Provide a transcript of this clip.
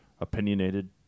opinionated